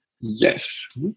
yes